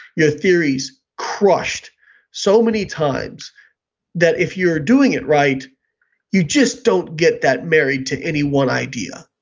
your theories crushed so many times that if you are doing it right you just don't get that married to any one idea,